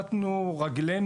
אוכל להתייחס למה שבתחום אחריותי,